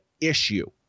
issue